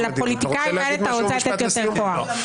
ולפוליטיקאים האלה אתה רוצה לתת יותר כוח.